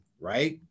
right